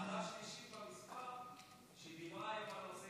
ועדה שלישית במספר שדיברה על נושא